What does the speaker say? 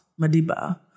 Madiba